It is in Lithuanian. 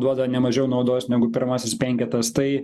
duoda ne mažiau naudos negu pirmasis penketas tai